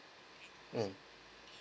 um